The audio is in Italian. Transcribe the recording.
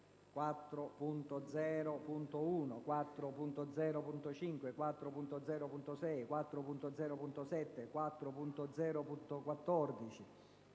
4.0.1, 4.0.5, 4.0.6, 4.0.7, 4.0.14;